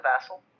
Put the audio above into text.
vassal